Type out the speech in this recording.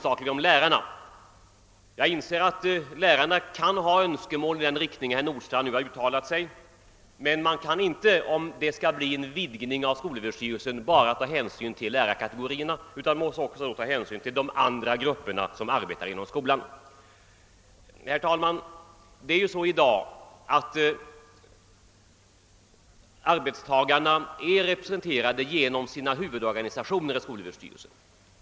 gen om lärarna. Jag inser att lärarna kan ha önskemål i den riktning herr Nordstrandh här uttalat sig för. Men man kan inte, om det skall bli en vidgning av skolöverstyrelsen, bara ta hänsyn till lärarkategorierna, utan man måste då också ta hänsyn till de andra grupperna som arbetar inom skolan. Herr talman! Det är ju så i dag att arbetstagarna är representerade i skolöverstyrelsen genom sina huvudorganisationer.